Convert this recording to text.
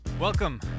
Welcome